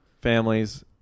families